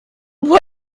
what